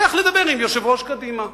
לך לדבר עם יושבת-ראש קדימה,